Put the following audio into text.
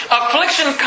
affliction